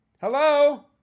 Hello